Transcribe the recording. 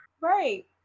Right